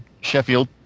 Sheffield